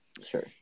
Sure